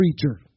creature